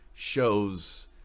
Shows